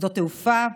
שדות תעופה,